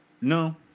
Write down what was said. No